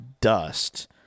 dust